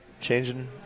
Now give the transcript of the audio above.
Changing